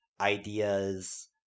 ideas